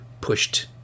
pushed